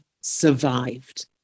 survived